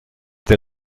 der